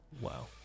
Wow